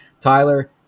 Tyler